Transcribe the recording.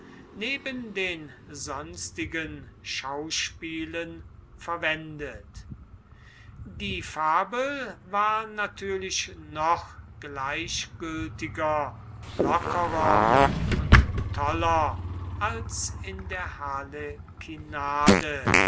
neben den sonstigen schauspielen verwendet die fabel war natürlich noch gleichgültiger lockerer und toller als in der